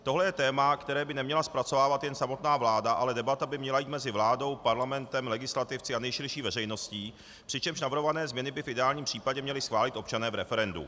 Tohle je téma, které by neměla zpracovávat jen samotná vláda, ale debata by měla jít mezi vládou, parlamentem, legislativci a nejširší veřejností, přičemž navrhované změny by v ideálním případě měli schválit občané v referendu.